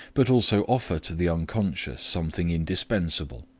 but also offer to the unconscious something indispensable,